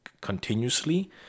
continuously